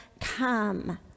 come